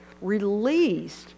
released